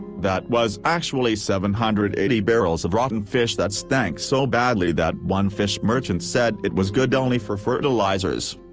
that was actually seven hundred and eighty barrels of rotten fish that stank so badly that one fish merchant said it was good only for fertilizers.